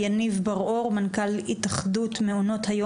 גננת שמועסקת כמנהלת גן ומאה אחוז משרה מתחילה ב-6,000